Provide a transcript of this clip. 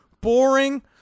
boring